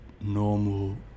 normal